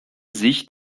sich